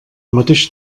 mateix